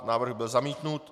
Návrh byl zamítnut.